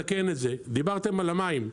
דיברתם על המים.